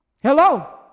Hello